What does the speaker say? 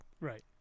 Right